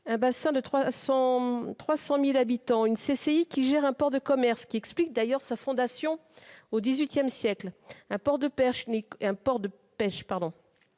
un bassin de 300 000 habitants, la CCI gère un port de commerce, ce qui explique d'ailleurs sa fondation au XVIII siècle, un port de pêche,